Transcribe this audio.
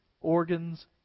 organs